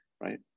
right